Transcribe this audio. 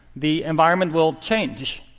the environment will change.